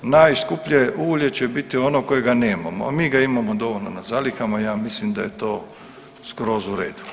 Najskuplje ulje će biti ono kojega nemamo, a mi ga imamo dovoljno na zalihama, ja mislim da je to skroz u redu.